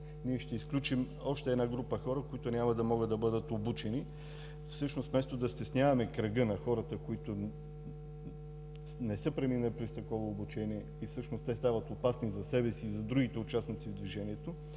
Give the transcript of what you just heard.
Ние ще изключим още една група хора, които няма да могат да бъдат обучени. Всъщност вместо да стесняваме кръга на хората, които не са преминали през такова обучение и те стават опасни за себе си и за другите участници в движението,